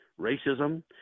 racism